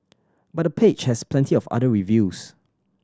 but the page has plenty of other reviews